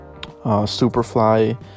superfly